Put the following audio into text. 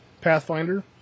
Pathfinder